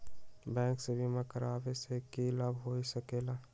Bank से बिमा करावे से की लाभ होई सकेला?